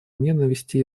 ненависти